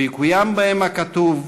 ויקוים בהם הכתוב: